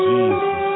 Jesus